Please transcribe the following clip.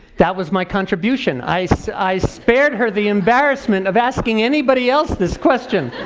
that was my contribution. i so i spared her the embarrassment of asking anybody else this question!